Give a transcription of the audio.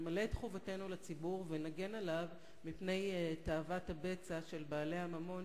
נמלא את חובתנו לציבור ונגן עליו מפני תאוות הבצע של בעלי הממון,